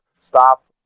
stop